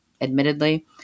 Admittedly